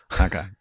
okay